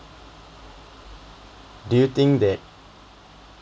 do you think that